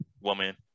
woman